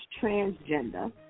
transgender